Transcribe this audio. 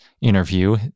interview